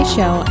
Show